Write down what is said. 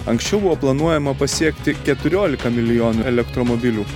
anksčiau buvo planuojama pasiekti keturiolika milijonų elektromobilių